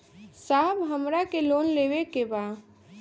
साहब हमरा के लोन लेवे के बा